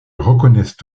reconnaissent